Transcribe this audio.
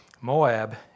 Moab